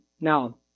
Now